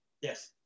Yes